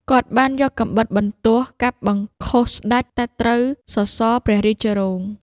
គាត់បានយកកាំបិតបន្ទោះកាប់បង្ខុសស្ដេច តែត្រូវតែសសរព្រះរាជរោង។